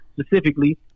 specifically